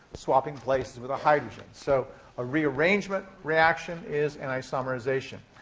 swapping places with a hydrogen. so a rearrangement reaction is an isomerization.